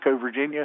Virginia